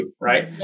right